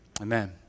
amen